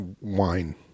wine